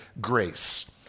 grace